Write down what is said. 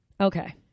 Okay